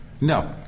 No